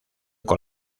con